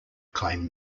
claimed